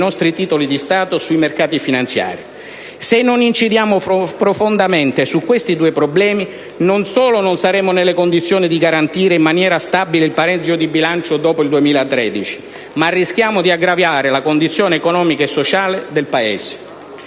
nostri titoli di Stato sui mercati finanziari. Se non incidiamo profondamente su questi due problemi non solo non saremo nelle condizioni di garantire in maniera stabile il pareggio di bilancio dopo il 2013, ma rischiamo di aggravare la condizione economica e sociale del Paese.